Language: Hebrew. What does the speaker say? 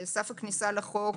סף הכניסה לחוק,